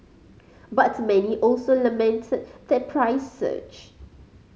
but many also lamented the price surge